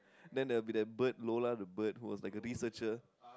then there will be the bird Lola the bird who was like a researcher